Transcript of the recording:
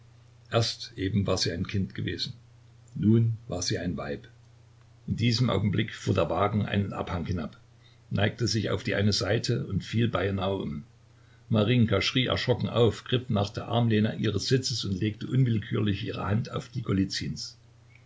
erst eben war sie ein kind gewesen nun war sie ein weib in diesem augenblick fuhr der wagen einen abhang hinab neigte sich auf die eine seite und fiel beinahe um marinjka schrie erschrocken auf griff nach der armlehne ihres sitzes und legte unwillkürlich ihre hand auf die